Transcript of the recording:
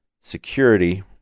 security